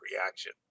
reaction